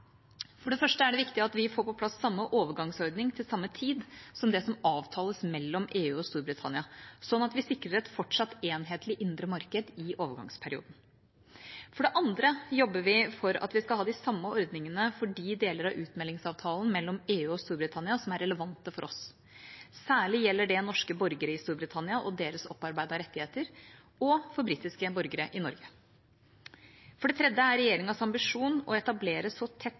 For det første er det viktig at vi får på plass samme overgangsordning, til samme tid, som den som avtales mellom EU og Storbritannia, slik at vi sikrer et fortsatt enhetlig indre marked i overgangsperioden. For det andre jobber vi for at vi skal ha de samme ordningene for de deler av utmeldingsavtalen mellom EU og Storbritannia som er relevante for oss. Særlig gjelder dette norske borgere i Storbritannia og deres opparbeidede rettigheter, og for britiske borgere i Norge. For det tredje er regjeringas ambisjon å etablere så